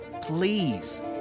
Please